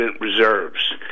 reserves